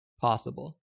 possible